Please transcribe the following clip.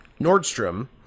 Nordstrom